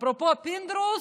אפרופו פינדרוס,